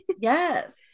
Yes